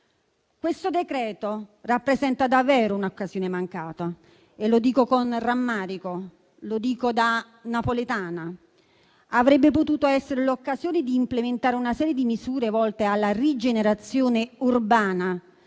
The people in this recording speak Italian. Questo decreto rappresenta davvero un'occasione mancata e lo dico con rammarico, da napoletana. Avrebbe potuto essere l'occasione per implementare una serie di misure volte alla rigenerazione urbana,